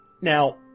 Now